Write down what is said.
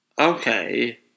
okay